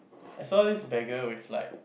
I saw this beggar with like